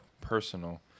personal